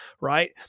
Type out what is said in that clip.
Right